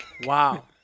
Wow